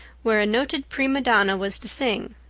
where a noted prima donna was to sing.